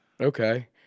Okay